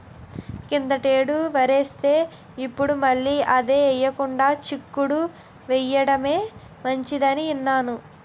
కిందటేడు వరేస్తే, ఇప్పుడు మళ్ళీ అదే ఎయ్యకుండా చిక్కుడు ఎయ్యడమే మంచిదని ఇన్నాను